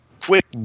Quick